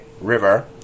River